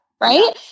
right